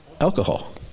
alcohol